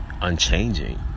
unchanging